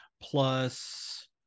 plus